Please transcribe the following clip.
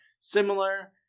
similar